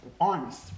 arms